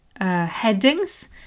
headings